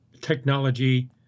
technology